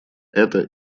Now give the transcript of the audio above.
это